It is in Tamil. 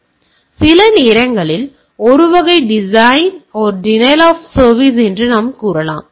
எனவே சில நேரங்களில் இது ஒரு வகை டினைல் ஆப் சர்வீஸ் என்று நாம் கூறலாம்